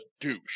douche